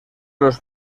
los